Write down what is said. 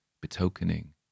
betokening